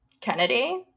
Kennedy